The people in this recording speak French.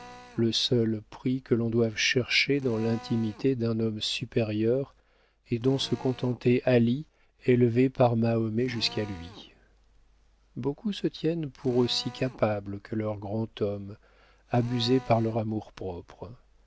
le seul prix que l'on doive chercher dans l'intimité d'un homme supérieur et dont se contentait ali élevé par mahomet jusqu'à lui beaucoup se tiennent pour aussi capables que leur grand homme abusés par leur amour-propre